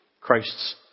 Christ's